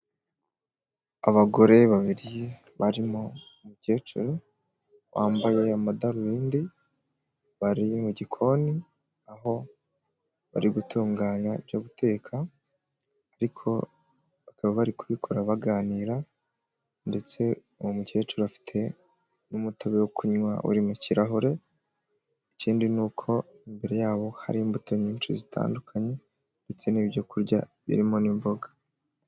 Abagore babiri barimo umukecuru wambaye amadarubindi, baririye mu gikoni aho bari gutunganya ibyo guteka ariko bakaba bari kubikora baganira, ndetse uwo mukecuru afite n'umutobe wo kunywa uri mu kirahure, ikindi ni uko imbere yabo hari imbuto nyinshi zitandukanye ndetse n'ibyo kurya birimo n'imboga.